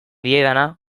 diedana